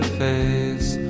face